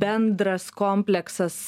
bendras kompleksas